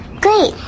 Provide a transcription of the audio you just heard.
Great